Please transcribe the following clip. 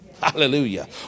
Hallelujah